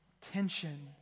tension